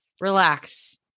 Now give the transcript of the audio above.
relax